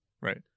Right